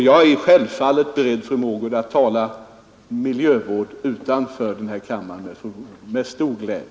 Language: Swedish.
Jag är självfallet med stor glädje beredd att tala miljövård med fru Mogård utanför denna kammare.